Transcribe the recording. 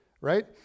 right